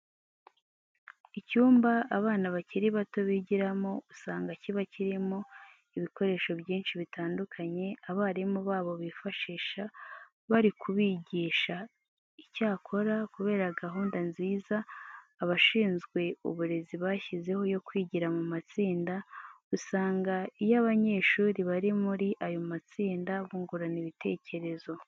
Icyumba abana bakiri bato bigiramo usanga kiba kirimo ibikoresho byinshi bitandukanye abarimu babo bifashisha bari kubigisha. Icyakora kubera gahunda nziza abashinzwe uburezi bashyizeho yo kwigira mu matsinda, usanga iyo abanyeshuri bari muri ayo matsinda bungurana ibitekerezo.